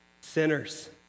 sinners